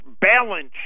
balance